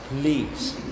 please